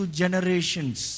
generations